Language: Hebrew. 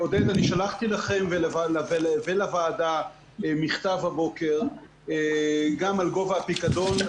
שלחתי הבוקר לכם ולוועדה מכתב גם על גובה הפיקדון.